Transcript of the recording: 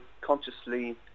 consciously